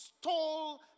stole